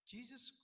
Jesus